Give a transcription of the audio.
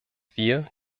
wir